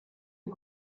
aux